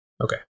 Okay